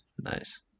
nice